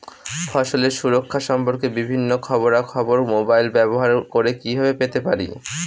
ফসলের সুরক্ষা সম্পর্কে বিভিন্ন খবরা খবর মোবাইল ব্যবহার করে কিভাবে পেতে পারি?